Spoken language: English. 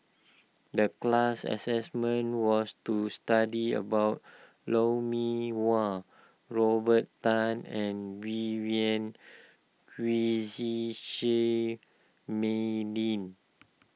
the class assessment was to study about Lou Mee Wah Robert Tan and Vivien Quahe Seah Mei Lin